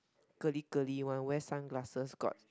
curly curly one wear sunglasses got